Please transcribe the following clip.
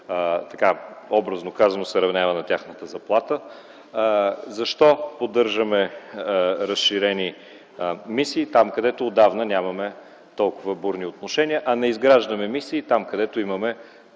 ни, образно казано, се равнява на тяхната заплата. Защо поддържаме разширени мисии там, където отдавна нямаме толкова бурни отношения, а не изграждаме мисии там, където имаме